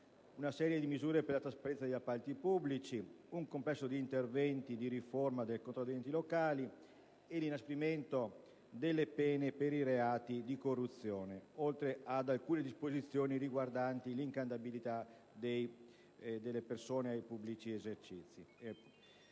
una serie di misure per la trasparenza degli appalti pubblici, un complesso di interventi di riforma del controllo degli enti locali e l'inasprimento delle pene per i reati di corruzione, oltre ad alcune disposizioni riguardanti l'incandidabilità delle persone ai pubblici esercizi.